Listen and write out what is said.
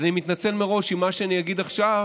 אז אני מתנצל מראש אם מה שאני אגיד עכשיו